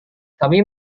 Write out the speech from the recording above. kami